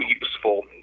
useful